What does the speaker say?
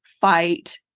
fight